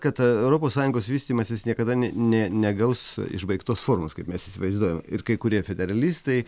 kad europos sąjungos vystymasis niekada ne ne negaus išbaigtos formos kaip mes įsivaizduojam ir kai kurie federalistai